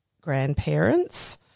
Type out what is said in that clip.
grandparents